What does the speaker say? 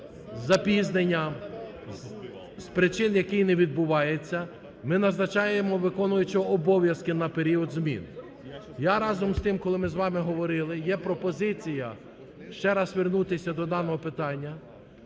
з запізненням з причин "який не відбувається", ми назначаємо виконуючого обов'язки на період змін. Я, разом з тим, коли ми з вами говорили, є пропозиція ще раз вернутися до даного питання,